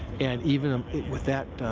and even um with that